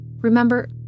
Remember